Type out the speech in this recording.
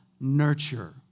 nurture